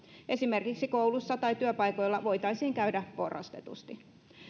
esimerkiksi koulussa tai työpaikoilla voitaisiin käydä porrastetusti